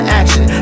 action